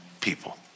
people